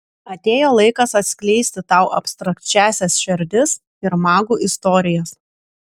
atėjo laikas atskleisti tau abstrakčiąsias šerdis ir magų istorijas